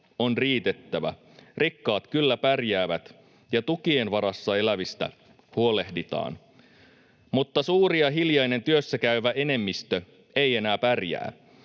on riitettävä. Rikkaat kyllä pärjäävät, ja tukien varassa elävistä huolehditaan, mutta suuri ja hiljainen työssäkäyvä enemmistö ei enää pärjää.